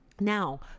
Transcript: now